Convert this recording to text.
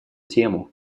тему